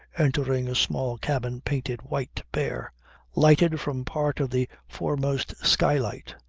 entering a small cabin painted white, bare, lighted from part of the foremost skylight,